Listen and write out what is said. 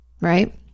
right